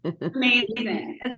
amazing